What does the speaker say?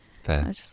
Fair